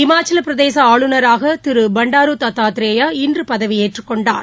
இமாச்சல பிரதேச ஆளுநராக திரு பண்டாரு தத்தாத்ரேயா இன்று பதவியேற்றுக் கொண்டார்